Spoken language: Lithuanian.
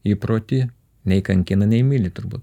įprotį nei kankina nei myli turbūt